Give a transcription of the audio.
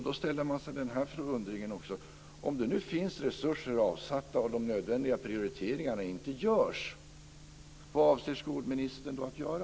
Då undrar jag: Om det nu finns resurser avsatta och de nödvändiga prioriteringarna inte görs, vad avser skolministern då att göra?